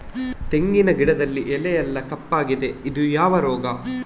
ತೆಂಗಿನ ಗಿಡದಲ್ಲಿ ಎಲೆ ಎಲ್ಲಾ ಕಪ್ಪಾಗಿದೆ ಇದು ಯಾವ ರೋಗ?